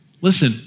Listen